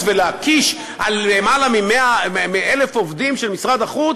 ולהקיש על למעלה מ-1,000 עובדים של משרד החוץ,